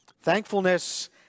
Thankfulness